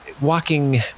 walking